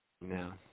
no